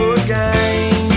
again